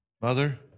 Mother